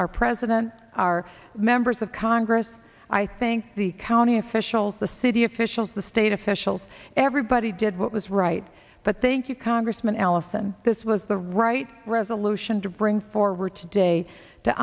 our president our members of congress i think the county officials the city officials the state officials everybody did what was right but think you congressman ellison this was the right resolution to bring forward today to